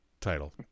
title